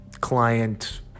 client